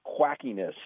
quackiness